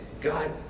God